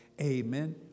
Amen